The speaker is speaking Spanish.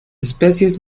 especies